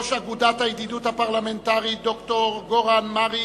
ראש אגודת הידידות הפרלמנטרית ד"ר גורן מריץ,